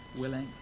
willing